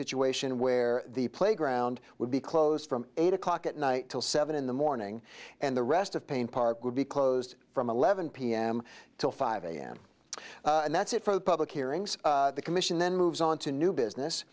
situation where the playground would be closed from eight o'clock at night till seven in the morning and the rest of payne park would be closed from eleven pm to five am and that's it for the public hearings the commission then moves on to new business